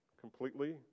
completely